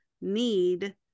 need